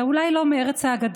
אתה אולי לא מארץ האגדות,